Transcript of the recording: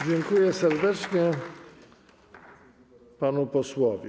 Dziękuję serdecznie panu posłowi.